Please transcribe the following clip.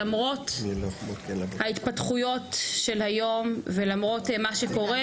למרות ההתפתחויות של היום ולמרות מה שקורה,